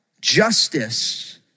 Justice